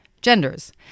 genders